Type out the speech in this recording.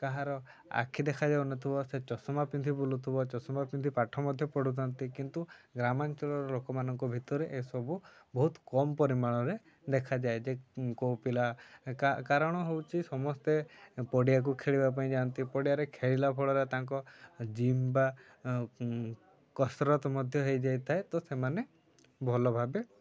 କାହାର ଆଖି ଦେଖାଯାଉନଥିବ ସେ ଚଷମା ପିନ୍ଧି ବୁଲୁଥିବ ଚଷମା ପିନ୍ଧି ପାଠ ମଧ୍ୟ ପଢ଼ୁଥାନ୍ତି କିନ୍ତୁ ଗ୍ରାମାଞ୍ଚଳର ଲୋକମାନଙ୍କ ଭିତରେ ଏସବୁ ବହୁତ କମ୍ ପରିମାଣରେ ଦେଖାଯାଏ ଯେ କେଉଁ ପିଲା କାରଣ ହେଉଛି ସମସ୍ତେ ପଡ଼ିଆକୁ ଖେଳିବା ପାଇଁ ଯାଆନ୍ତି ପଡ଼ିଆରେ ଖେଳିଲା ଫଳରେ ତାଙ୍କ ଜିମ୍ ବା କସରତ ମଧ୍ୟ ହେଇଯାଇଥାଏ ତ ସେମାନେ ଭଲ ଭାବେ